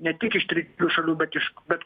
ne tik iš trečiųjų šalių bet iš bet